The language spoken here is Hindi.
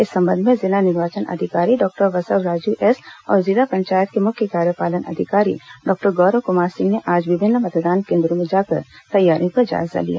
इस संबंध में जिला निर्वाचन अधिकारी डॉक्टर बसवराजु एस और जिला पंचायत के मुख्य कार्यपालन अधिकारी डॉक्टर गौरव कुमार सिंह ने आज विभिन्न मतदान केन्द्रो में जाकर तैयारियों का जायजा लिया